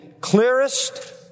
clearest